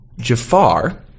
Jafar